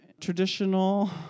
traditional